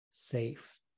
safe